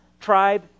tribe